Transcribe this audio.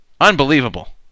unbelievable